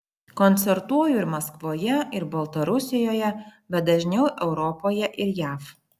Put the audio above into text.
koncertuoju ir maskvoje ir baltarusijoje bet dažniau europoje ir jav